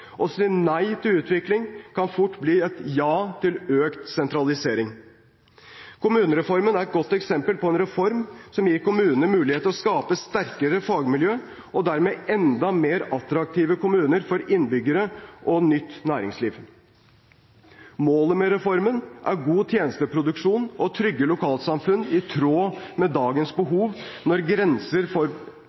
si nei til utvikling kan fort bli et ja til økt sentralisering. Kommunereformen er et godt eksempel på en reform som gir kommunene mulighet til å skape sterkere fagmiljøer og dermed enda mer attraktive kommuner for innbyggere og nytt næringsliv. Målet med reformen er god tjenesteproduksjon og trygge lokalsamfunn i tråd med dagens behov. Når grenser for